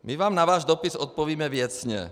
My vám na váš dopis odpovíme věcně.